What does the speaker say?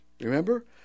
Remember